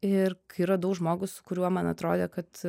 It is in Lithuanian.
ir kai radau žmogų su kuriuo man atrodė kad